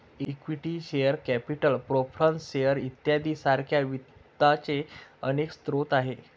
equity share capital preference shares इत्यादी सारख्या वित्ताचे अनेक स्रोत आहेत